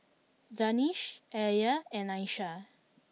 Danish Alya and Aisyah